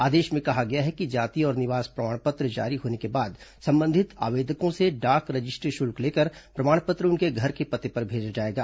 आदेश में कहा गया है कि जाति और निवास प्रमाण पत्र जारी होने के बाद संबंधित आवेदकों से डाक रजिस्ट्री शुल्क लेकर प्रमाण पत्र उनके घर के पते पर भेजा जाएगा